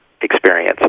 experience